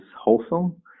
Wholesome